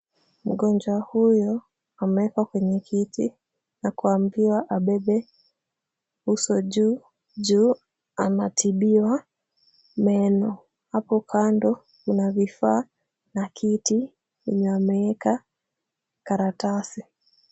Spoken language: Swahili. Mgonjwa huyu amewekwa kwenye kiti na kuambiwa abebe uso juu. Juu anatibiwa meno, hapo kando kuna vifaa na kiti yenye wameeka karatasi.